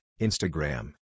Instagram